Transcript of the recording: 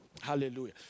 Hallelujah